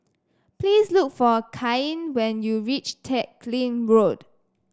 please look for Cain when you reach Teck Lim Road